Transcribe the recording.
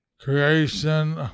creation